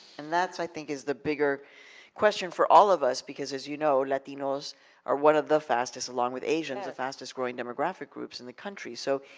and that's, i think, is the bigger question for all of us, because as you know, latinos are one of the fastest, along with asians, the fastest growing demographic groups in the country. so,